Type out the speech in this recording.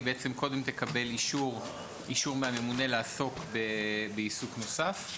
היא בעצם קודם תקבל אישור מהממונה לעסוק בעיסוק נוסף.